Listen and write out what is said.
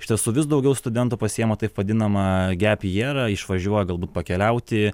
iš tiesų vis daugiau studentų pasiima taip vadinamą giap jerą išvažiuoja galbūt pakeliauti